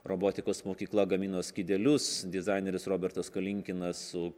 robotikos mokykla gamino skydelius dizaineris robertas kalinkinas su